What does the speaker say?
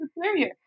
superior